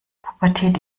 pubertät